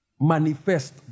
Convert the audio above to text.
manifest